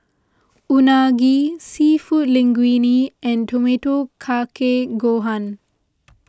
Unagi Seafood Linguine and tomato Kake Gohan